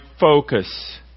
focus